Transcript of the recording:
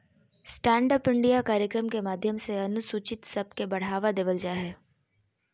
stand up India कार्यक्रम के माध्यम से अनुसूचित सब के बढ़ावा देवल जा हय